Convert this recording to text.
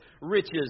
riches